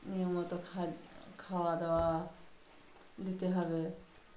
নিয়ম মতো খা খাওয়া দাওয়া দিতে হবে